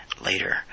later